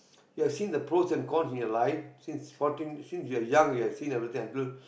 you have seen the pros and cons in your life since fourteen since you are young you have seen everything until